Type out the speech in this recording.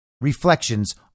reflections